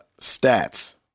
stats